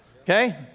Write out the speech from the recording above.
Okay